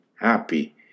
happy